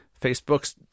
Facebook's